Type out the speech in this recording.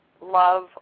love